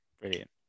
Brilliant